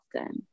often